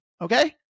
Okay